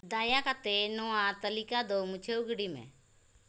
ᱫᱟᱭᱟ ᱠᱟᱛᱮᱫ ᱱᱚᱣᱟ ᱛᱟᱹᱞᱤᱠᱟ ᱫᱚ ᱢᱩᱪᱷᱟᱹᱣ ᱜᱤᱰᱤ ᱢᱮ